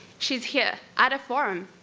she's here, at a forum,